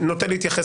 גם